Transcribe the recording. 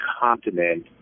continent